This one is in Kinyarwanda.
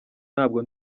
ntabwo